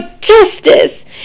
justice